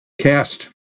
Cast